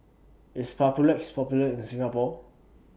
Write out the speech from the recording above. IS Papulex Popular in Singapore